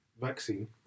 vaccine